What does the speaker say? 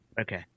Okay